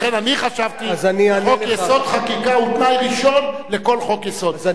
לכן אני חשבתי שחוק-יסוד: חקיקה הוא תנאי ראשון לכל חוק-יסוד.